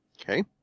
Okay